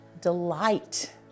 delight